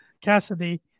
Cassidy